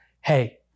hey